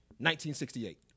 1968